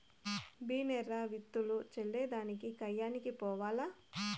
బిన్నే రా, విత్తులు చల్లే దానికి కయ్యకి పోవాల్ల